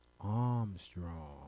Armstrong